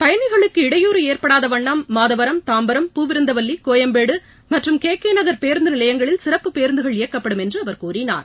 பயணிகளுக்கு இடையூறு ஏற்படாத வண்ணம் மாதவரம் தாம்பரம் பூவிருந்தவல்லி கோயம்பேடு மற்றும் கே கே நகர் பேருந்து நிலையங்களில் சிறப்பு பேருந்துகள் இயக்கப்படும் என்று அவர் கூறினார்